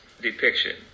depiction